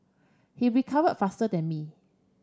he recovered faster than me